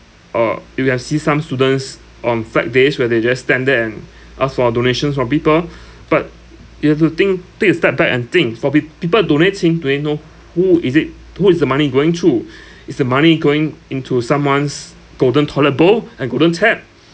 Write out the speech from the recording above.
uh if you have see some students on flag days where they just stand there and ask for a donations from people but you have to think take a step back and think for peo~ people donating do I know who is it who is the money going to is the money going into someone's golden toilet bowl and golden tap